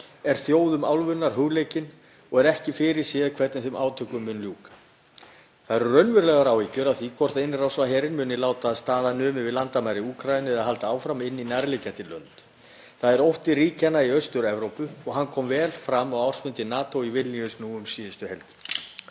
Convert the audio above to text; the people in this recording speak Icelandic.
eru þjóðum álfunnar hugleiknar og er ekki fyrirséð hvernig þeim átökum muni ljúka. Það eru raunverulegar áhyggjur af því hvort innrásarherinn muni láta staðar numið við landamæri Úkraínu eða halda áfram inn í nærliggjandi lönd. Það er ótti ríkjanna í Austur-Evrópu og hann kom vel fram á ársfundi NATO í Vilníus nú um síðustu helgi.